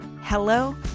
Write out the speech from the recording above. Hello